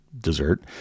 dessert